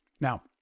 Now